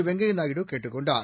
வெங்கைய நாயுடு கேட்டுக் கொண்டார்